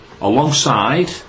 Alongside